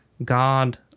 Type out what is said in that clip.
God